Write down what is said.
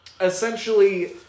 Essentially